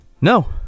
No